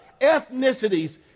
ethnicities